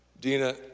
Dina